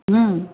ಹ್ಞೂ